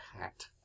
hat